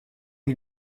ils